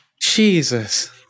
Jesus